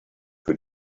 für